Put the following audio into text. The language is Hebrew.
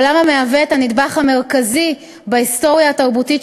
עולם המהווה את הנדבך המרכזי בהיסטוריה התרבותית